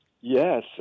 Yes